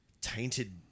tainted